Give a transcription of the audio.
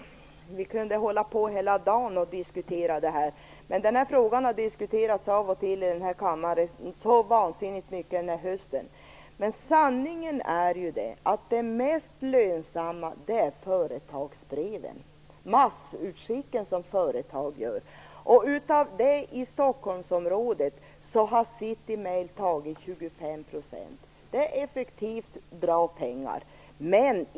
Vi kunde hålla på hela dagen att diskutera det, Torsten Gavelin. Den frågan har diskuterats av och till i denna kammaren vansinnigt mycket under hösten. Sanningen är den att det mest lönsamma är företagsbreven - de massutskick som företag gör. City Mail har tagit 25 % av dem i Stockholmsområdet. Det är effektivt, och det ger bra med pengar.